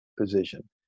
position